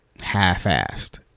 half-assed